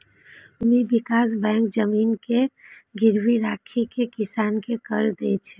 भूमि विकास बैंक जमीन के गिरवी राखि कें किसान कें कर्ज दै छै